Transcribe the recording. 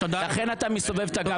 ולכן אתה מסובב את הגב.